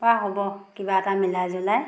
অঁ হ'ব কিবা এটা মিলাই জুলাই